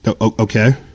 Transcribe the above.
Okay